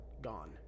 gone